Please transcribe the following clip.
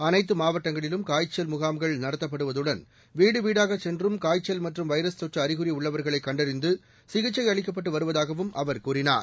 அனைத்து மாவட்டங்களிலும் காய்ச்சல் முகாம்கள் நடத்தப்படுவதுடன் வீடு வீடாக சென்றும் காய்ச்சல் மற்றும் வைரஸ் தொற்று அறிகுறி உள்ளவர்களை கண்டறிந்து சிகிச்சை அளிக்கப்பட்டு வருவதாகவும் அவர் கூறினார்